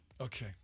Okay